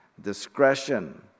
discretion